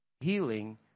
healing